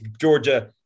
Georgia –